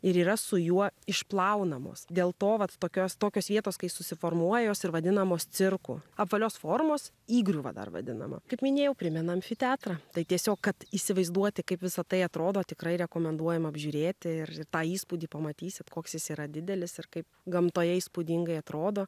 ir yra su juo išplaunamos dėl to vat tokios tokios vietos kai susiformuoja ir vadinamos cirku apvalios formos įgriuva dar vadinama kaip minėjau primena amfiteatrą tai tiesiog kad įsivaizduoti kaip visa tai atrodo tikrai rekomenduojam apžiūrėti ir tą įspūdį pamatysit koks jis yra didelis ir kaip gamtoje įspūdingai atrodo